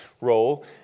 role